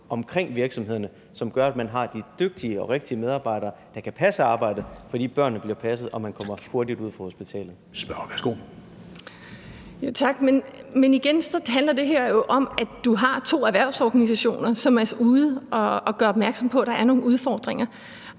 omkring virksomhederne, som gør, at man har de dygtige og rigtige medarbejdere, der kan passe arbejdet, fordi børnene bliver passet og man kommer hurtigt ud fra hospitalet. Kl. 13:26 Formanden (Henrik Dam Kristensen): Spørgeren, værsgo. Kl. 13:26 Heidi Bank (V): Tak. Men igen handler det her jo om, at du har to erhvervsorganisationer, som er ude at gøre opmærksom på, at der er nogle udfordringer.